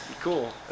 cool